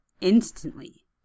instantly